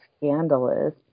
scandalous